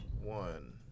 one